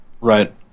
Right